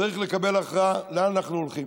צריך לקבל הכרעה לאן אנחנו הולכים,